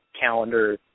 calendar